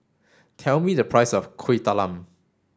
tell me the price of Kuih Talam